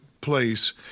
place